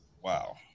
Wow